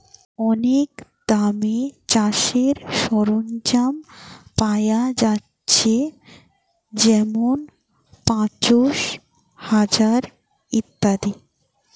অনেক দামে চাষের সরঞ্জাম পায়া যাচ্ছে যেমন পাঁচশ, হাজার ইত্যাদি